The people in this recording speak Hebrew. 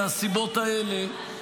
מהסיבות האלה,